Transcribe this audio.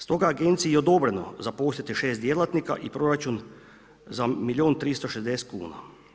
Stoga agenciji je odobreno zaposliti 6 djelatnika i proračun za milijun i 360 kuna.